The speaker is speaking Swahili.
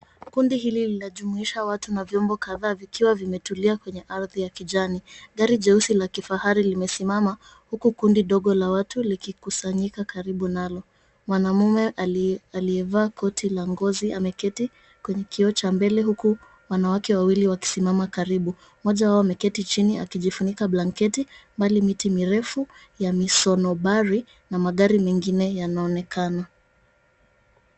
Kundi hili lina jumuisha watu na vyombo kadhaa vikiwa vimetulia kwenye ardhi ya kijani. Gari jeusi la kifahari limesimama huku kundi dogo la watu likikusanyika karibu nalo. Mwanaume aliyvaa koti la ngozi ameketi kwenye kioo cha mbele huku wanawake wawili wakisimama karibu. Mmoja wao ameketi chini akijifunika blanketi, mbali miti mirefu ya misonobari na magari mengine yanaonekana.